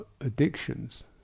addictions